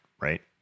right